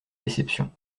déception